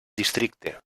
districte